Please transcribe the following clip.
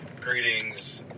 Greetings